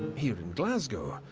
here in glasgow,